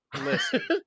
listen